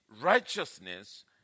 righteousness